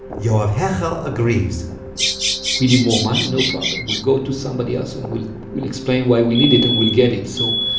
yoav heichal agrees we need more money? no problem. we'll go to somebody else and we'll we'll explain why we need it, and we'll get it. so,